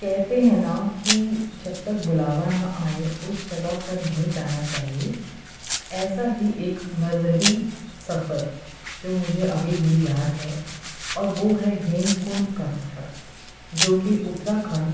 کہتے ہیں نا کہ جب تک بلاوا نہ آئے اس جگہ پر نہیں جانا چاہیے ایسا ہی ایک مذہبی سفر جو مجھے ابھی بھی یاد ہے اور وہ ہے ہیم کنڈ کا سفر جو کہ اتراکھنڈ